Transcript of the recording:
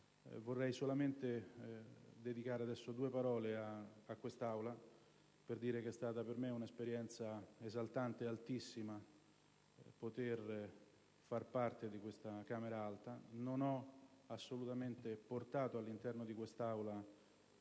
Vorrei solamente dedicare due parole all'Assemblea per dire che è stata per me una esperienza esaltante ed altissima poter far parte di questa Camera Alta. Non ho assolutamente portato all'interno dell'Aula